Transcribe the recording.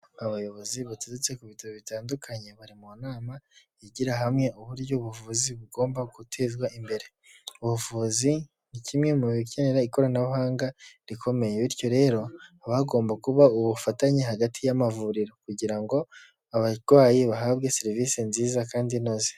Abayobozi baturutse ku bitaro bitandukanye bari mu nama yigira hamwe uburyo ubuvuzi bugomba gutezwa imbere. Ubuvuzi ni kimwe mu bikenera ikoranabuhanga rikomeye bityo rero haba hagomba kuba ubufatanye hagati y'amavuriro kugira ngo abarwayi bahabwe serivise nziza kandi inoze.